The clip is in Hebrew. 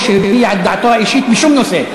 שהביע את דעתו האישית בשום נושא.